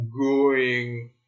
growing